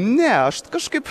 ne aš kažkaip